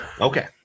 Okay